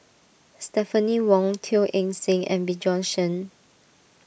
Stephanie Wong Teo Eng Seng and Bjorn Shen